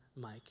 Mike